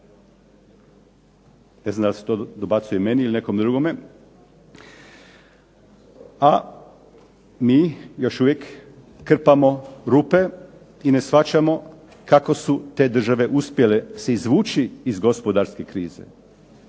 Ne znam da li se to dobacuje meni ili nekom drugome, a mi još uvijek krpamo rupe i ne shvaćamo kako su te države uspjele se izvući iz gospodarske krize.